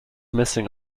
missing